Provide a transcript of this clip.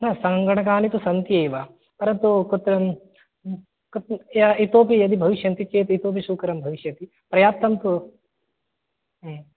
न सङ्गणकानि तु सन्ति एव परन्तु कुत्र इतोऽपि यदि भविष्यन्ति चेत् इतोऽपि सुकरं भविष्यति प्रयासं तु